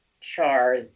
char